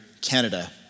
Canada